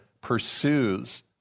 pursues